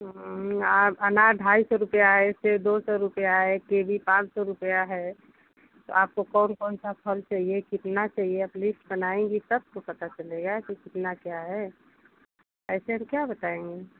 अनार ढाई सौ रुपया है सेब दो सौ रुपया है किवी पाँच सौ रुपया है तो आपको कौन कौन सा फल चाहिए कितना चाहिए आप लिस्ट बनाएँगी तब तो पता चलेगा कि कितना क्या है ऐसे हम क्या बताएँगे